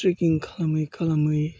trekking खालामै खालामै